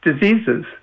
diseases